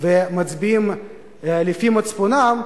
ומצביעים לפי מצפונם,